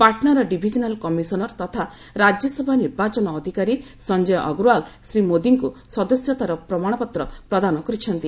ପାଟନାର divisional commissioner ତଥା ରାଜ୍ୟସଭା ନିର୍ବାଚନ ଅଧିକାରୀ ସଞ୍ଜୟ ଅଗ୍ରୱାଲ୍ ଶ୍ରୀ ମୋଦିଙ୍କୁ ସଦସ୍ୟତାର ପ୍ରମାଶପତ୍ର ପ୍ରଦାନ କରିଛନ୍ତି